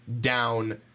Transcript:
down